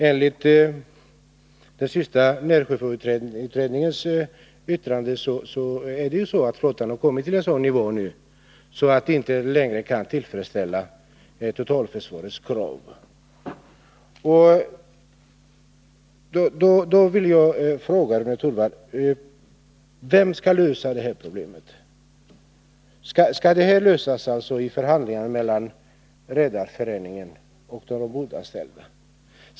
Enligt den senaste närsjöfartsutredningen har flottan nu kommit ned till en sådan nivå att den inte längre kan tillfredställa totalförsvarets krav. Jag vill då fråga Rune Torwald vem som skall lösa det problemet. Skall det lösas i förhandlingar mellan representanter för Redareföreningen och de ombordanställda?